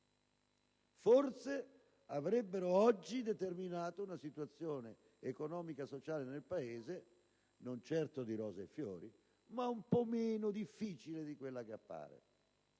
forse avrebbero oggi determinato una situazione economica e sociale nel Paese, non certo rose e fiori, ma un po' meno difficile di quella che appare,